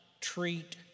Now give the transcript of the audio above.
treat